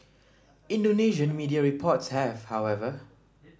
Indonesian media reports have however